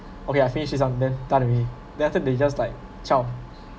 okay I finish they say and then done already then after they just like zao